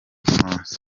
bufaransa